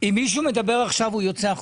אם מישהו מדבר עכשיו הוא יוצא החוצה.